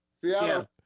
Seattle